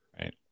Right